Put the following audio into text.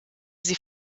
sie